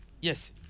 yes